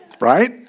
Right